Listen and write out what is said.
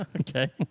Okay